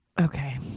okay